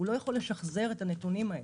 הוא לא יכול לשחזר את הנתונים האלה.